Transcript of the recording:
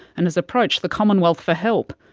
and has approached the commonwealth for help.